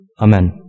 Amen